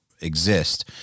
exist